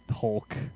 Hulk